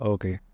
Okay